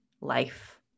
life